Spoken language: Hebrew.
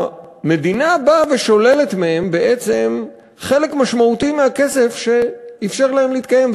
המדינה באה ושוללת מהם בעצם חלק משמעותי מהכסף שאפשר להם להתקיים.